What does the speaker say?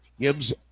Gibbs